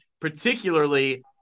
particularly